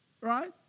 right